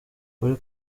uri